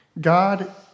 God